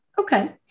Okay